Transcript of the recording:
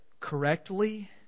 correctly